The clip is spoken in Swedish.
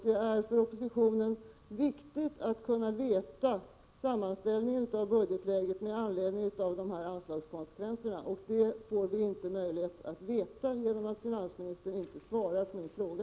Med anledning av dessa anslagskonsekvenser är det viktigt att oppositionen vet sammanställningen av budgetläget. Det får vi inte möjlighet att veta, eftersom finansministern inte svarar på min fråga.